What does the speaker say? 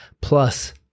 plus